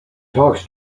talks